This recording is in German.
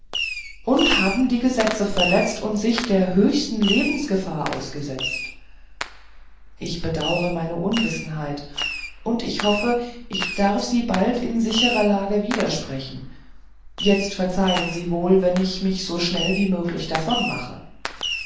und haben die gesetze verletzt und sich der höchsten lebensgefahr ausgesetzt ich bedaure meine unwissenheit und ich hoffe ich darf sie bald in sicherer lage wieder sprechen jetzt verzeihen sie wohl wenn ich mich so schnell wie möglich